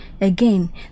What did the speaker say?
again